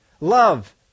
love